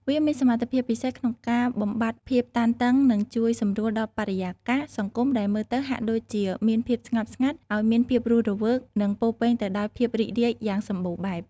វាមានសមត្ថភាពពិសេសក្នុងការបំបាត់ភាពតានតឹងនិងជួយសម្រួលដល់បរិយាកាសសង្គមដែលមើលទៅហាក់ដូចជាមានភាពស្ងប់ស្ងាត់ ឲ្យមានភាពរស់រវើកនិងពោរពេញទៅដោយភាពរីករាយយ៉ាងសម្បូរបែប។